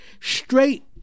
straight